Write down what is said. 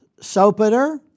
Sopater